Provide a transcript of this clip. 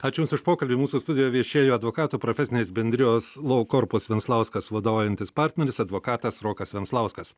ačiū jums už pokalbį mūsų studijoje viešėjo advokatų profesinės bendrijos lo korpus venslauskas vadovaujantis partneris advokatas rokas venslauskas